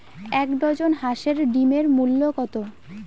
এক ডজন হাঁসের ডিমের মূল্য কত?